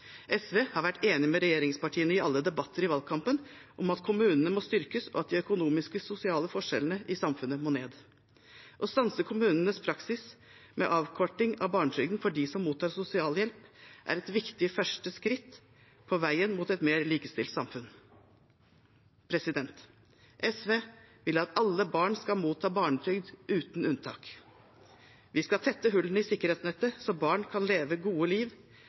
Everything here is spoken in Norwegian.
SV har vært enig med regjeringspartiene i alle debatter i valgkampen om at kommunene må styrkes, og at de økonomiske sosiale forskjellene i samfunnet må ned. Å stanse kommunenes praksis med avkorting av barnetrygden for dem som mottar sosialhjelp, er et viktig første skritt på veien mot et mer likestilt samfunn. SV vil at alle barn skal motta barnetrygd, uten unntak. Vi skal tette hullene i sikkerhetsnettet, så barn kan leve et godt liv.